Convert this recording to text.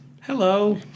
Hello